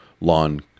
lawn